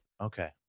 Okay